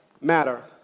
matter